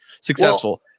successful